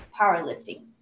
powerlifting